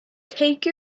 take